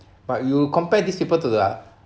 but you compared these people to the